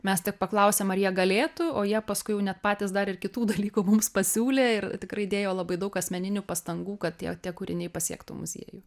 mes tik paklausėm ar jie galėtų o jie paskui jau net patys dar ir kitų dalykų mums pasiūlė ir tikrai dėjo labai daug asmeninių pastangų kad tie tie kūriniai pasiektų muziejų